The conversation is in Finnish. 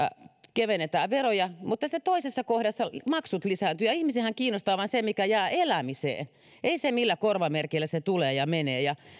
kevennetään veroja mutta sitten toisessa kohdassa maksut lisääntyvät ja ihmisiähän kiinnostaa vain se mikä jää elämiseen ei se millä korvamerkillä se tulee ja menee